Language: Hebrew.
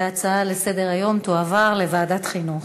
ההצעות לסדר-היום תועברנה לוועדת החינוך.